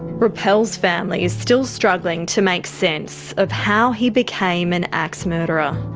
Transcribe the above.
rappel's family is still struggling to make sense of how he became an axe murderer.